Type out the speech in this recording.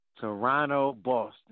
Toronto-Boston